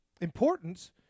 importance